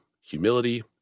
humility